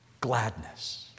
gladness